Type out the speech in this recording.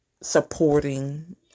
supporting